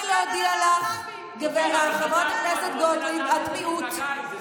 תעצור לי את השעון בבקשה, הם מפריעים לי.